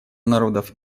народов